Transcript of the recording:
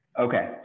Okay